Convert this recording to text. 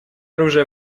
оружия